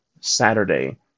Saturday